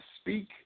speak